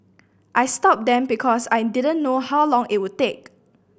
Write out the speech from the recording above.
I stopped them because I didn't know how long it would take